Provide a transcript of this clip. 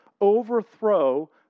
overthrow